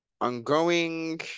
Ongoing